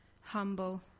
humble